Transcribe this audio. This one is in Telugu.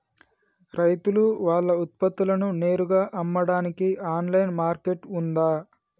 రైతులు వాళ్ల ఉత్పత్తులను నేరుగా అమ్మడానికి ఆన్లైన్ మార్కెట్ ఉందా?